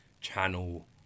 channel